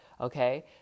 Okay